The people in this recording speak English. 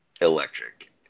electric